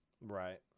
Right